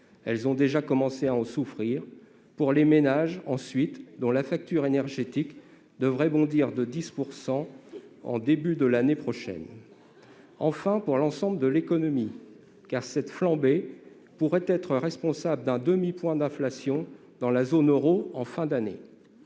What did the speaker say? elles ont déjà commencé à en souffrir -, ensuite pour les ménages, dont la facture énergétique devrait bondir de 10 % au début de l'année prochaine, et, enfin, pour l'ensemble de l'économie, car cette flambée pourrait être responsable d'un demi-point d'inflation dans la zone euro en fin d'année.